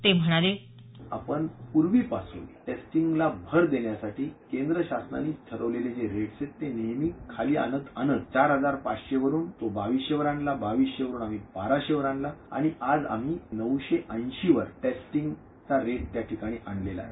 ते म्हणाले आपण प्रर्वीपासून टेस्टिंगला भर देण्यासाठी केंद्र शासनानेच ठरवलेले जे रेट्स आहेत ते नेहमी खाली आणत आणत चार हजार पाचशे वरून तो बावीसशे वर आणला बावीसशे वरून बाराशे वर आणला आणि आज आम्ही नऊशे ऐंशी वर टेस्टिंगचा रेट त्या ठिकाणी आणलेला आहे